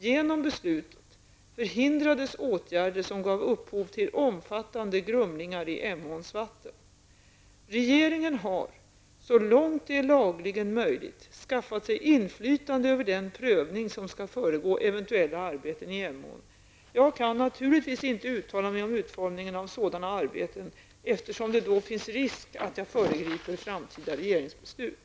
Genom beslutet förhindrades åtgärder som gav upphov till omfattande grumlingar i Emåns vatten. Regeringen har, så långt det är lagligen möjligt, skaffat sig inflytande över den prövning som skall föregå eventuella arbeten i Emån. Jag kan naturligtvis inte uttala mig om utformningen av sådana arbeten, eftersom det då finns risk att jag föregriper framtida regeringsbeslut.